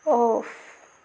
off